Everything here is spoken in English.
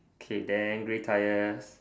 okay then grey tire